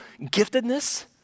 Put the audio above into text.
giftedness